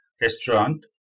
restaurant